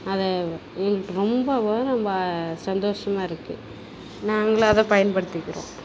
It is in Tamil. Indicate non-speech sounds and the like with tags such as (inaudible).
அதை எங்களுக்கு ரொம்ப (unintelligible) சந்தோஷமாக இருக்குது நாங்களும் அதை பயன்படுத்திக்கிறோம்